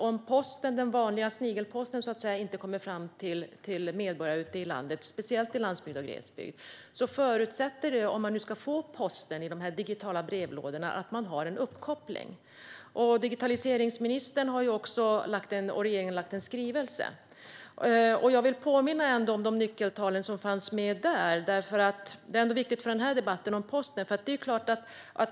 Om den vanliga snigelposten inte kommer fram till medborgare ute i landet, speciellt på landsbygden och i glesbygden, är en förutsättning för att man ska få posten i digitala brevlådor att man har en uppkoppling. Digitaliseringsministern och regeringen har lagt fram en skrivelse, och jag vill påminna om de nyckeltal som finns där. Det är viktigt för denna debatt om posten.